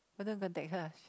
better go and contact her ah